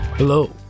Hello